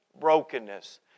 brokenness